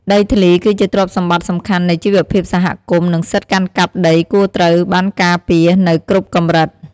ដីធ្លីគឺជាទ្រព្យសម្បត្តិសំខាន់នៃជីវភាពសហគមន៍ និងសិទ្ធិកាន់កាប់ដីគួរត្រូវបានការពារនៅគ្រប់កម្រិត។